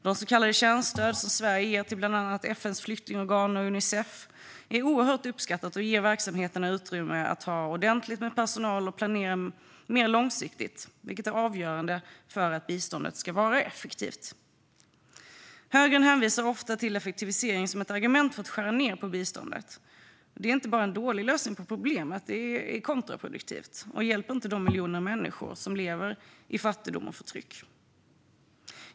De så kallade kärnstöd som Sverige ger till bland andra FN:s flyktingorgan och Unicef är oerhört uppskattade och ger verksamheterna utrymme att ha ordentligt med personal och planera mer långsiktigt, vilket är avgörande för att biståndet ska vara effektivt. Högern hänvisar ofta till effektivisering som ett argument för att skära ned på biståndet. Det är inte bara en dålig lösning på problemet; det är kontraproduktivt och hjälper inte de miljoner människor som lever i fattigdom och förtryck.